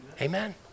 Amen